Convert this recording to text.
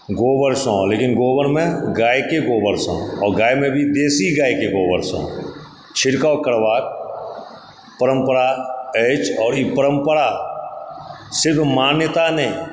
गोबरसंँ लेकिन गोबरमे गायके गोबरसंँ आओर गायमे भी देशी गायके गोबरसंँ छिड़काव करबाक परम्परा अइछ आओर ई परम्परा सिर्फ़ मान्यता नही